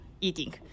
eating